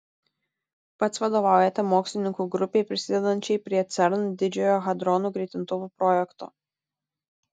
pats vadovaujate mokslininkų grupei prisidedančiai prie cern didžiojo hadronų greitintuvo projekto